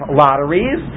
lotteries